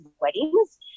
weddings